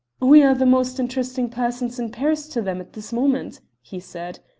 we are the most interesting persons in paris to them at this moment, he said.